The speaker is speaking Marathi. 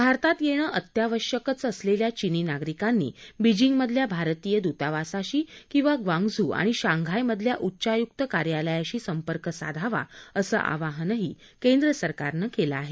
भारतात येणं अत्यावश्यकच असलेल्या चिनी नागरिकांनी बीजिंग मधल्या भारतीय दूतावासाशी किंवा ग्वांग्झू आणि शांघाय मधल्या उच्चायुक कार्यालयाशी संपर्क साधावा असं आवाहनही केंद्र सरकारनं केलं आहे